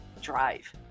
drive